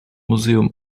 museum